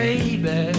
Baby